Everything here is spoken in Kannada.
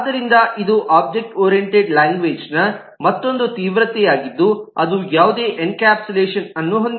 ಆದ್ದರಿಂದ ಇದು ಒಬ್ಜೆಕ್ಟ್ ಓರಿಯೆಂಟೆಡ್ ಲ್ಯಾಂಗ್ವೇಜ್ ನ ಮತ್ತೊಂದು ತೀವ್ರತೆಯಾಗಿದ್ದು ಅದು ಯಾವುದೇ ಎನ್ಕ್ಯಾಪ್ಸುಲೇಶನ್ ಅನ್ನು ಹೊಂದಿಲ್ಲ